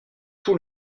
tout